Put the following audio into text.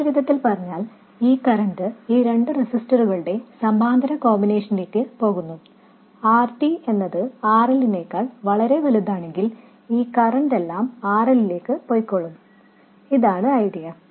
മറ്റൊരു വിധത്തിൽ പറഞ്ഞാൽ ഈ കറൻറ് ഈ രണ്ട് റെസിസ്റ്ററുകളുടെ സമാന്തര കോമ്പിനേഷനിലേക്ക് പോകുന്നു RD എന്നത് RL നേക്കാൾ വളരേ വലുതാണെങ്കിൽ ഈ കറൻറെല്ലാം RL ലേക്ക് പോവും ഇതാണ് ആശയം